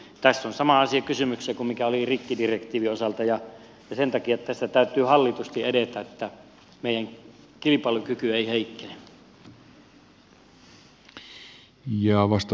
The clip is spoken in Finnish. tässä on sama asia kysymyksessä kuin mikä oli rikkidirektiivin osalta ja sen takia tässä täytyy hallitusti edetä niin että meidän kilpailukyky ei heikkene